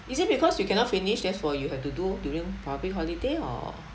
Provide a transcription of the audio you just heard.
is it because you cannot finish that's why you have to do during public holiday or